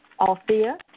Althea